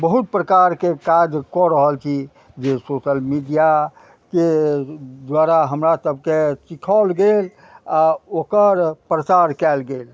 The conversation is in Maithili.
बहुत प्रकारके काज कऽ रहल छी जे सोशल मीडियाके द्वारा हमरा सबके सिखाओल गेल आओर ओकर प्रसार कयल गेल